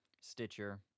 Stitcher